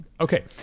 Okay